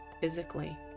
physically